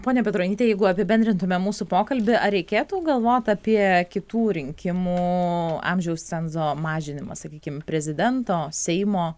ponia petronyte jeigu apibendrintume mūsų pokalbį ar reikėtų galvot apie kitų rinkimų amžiaus cenzo mažinimą sakykim prezidento seimo